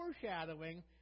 foreshadowing